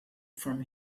from